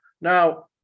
Now